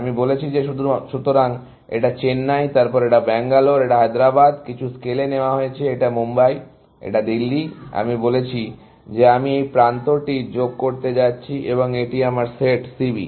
আমি বলেছি যে সুতরাং এটা চেন্নাই তারপর এই ব্যাঙ্গালোর এটা হায়দ্রাবাদ কিছু স্কেলে নেওয়া হয়েছে এটা মুম্বাই এটা দিল্লি আমি বলেছি যে আমি এই প্রান্তটি যোগ করতে যাচ্ছি এবং এটি আমার সেট C B